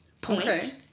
point